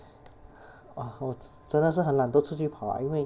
!wah! 我真真的是很懒惰出去跑了因为